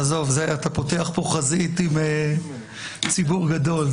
עזוב, אתה פותח כאן חזית עם ציבור גדול.